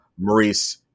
Maurice